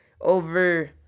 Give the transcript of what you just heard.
over